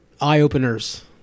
eye-openers